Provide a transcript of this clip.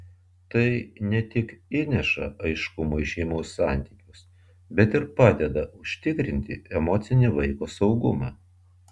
tai ne tik įneša aiškumo į šeimos santykius bet ir padeda užtikrinti emocinį vaiko saugumą